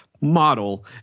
model